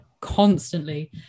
constantly